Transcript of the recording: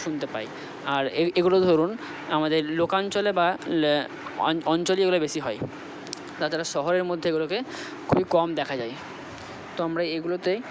শুনতে পাই আর এই এগুলো ধরুন আমাদের লোকাঞ্চলে বা অঞ্চলে এগুলো বেশি হয় তাছাড়া শহরের মধ্যে এগুলোকে খুবই কম দেখা যায় তো আমরা এগুলোতে